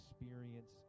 experience